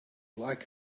like